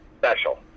special